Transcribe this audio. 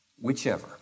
Whichever